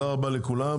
תודה רבה לכולם.